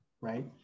right